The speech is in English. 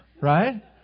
right